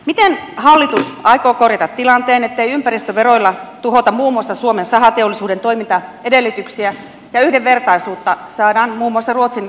miten hallitus aikoo korjata tilanteen ettei ympäristöveroilla tuhota muun muassa suomen sahateollisuuden toimintaedellytyksiä ja että yhdenvertaisuutta saadaan muun muassa ruotsin kanssa aikaan